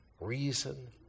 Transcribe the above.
reason